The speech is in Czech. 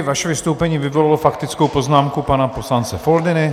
Vaše vystoupení vyvolalo faktickou poznámku pana poslance Foldyny.